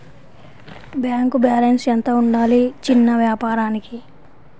Bank balance ఎంత ఉండాలి చిన్న వ్యాపారానికి?